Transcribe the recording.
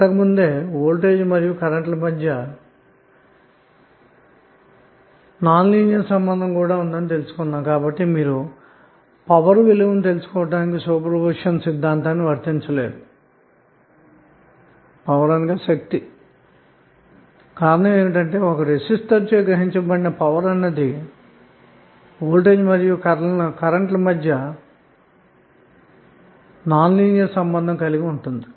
మనం voltage power మరియు current ల మధ్య విరళ సంబంధం గురించి ఇంతకు ముందే తెలుసుకున్నాము కాబట్టిపవర్ విలువను తెలుసుకొనుట కోసం సూపర్ పొజిషన్ సిద్ధాంతాన్ని వర్తించలేము ఎందుకంటె ఒక రెసిస్టర్ చే గ్రహించబడిన పవర్ అన్నది ఆ రెసిస్టన్స్ యందలి వోల్టేజ్ మరియు కరెంటు ల మధ్య విరళ సంబంధం పైనే ఆధారపడి ఉంటుంది కాబట్టి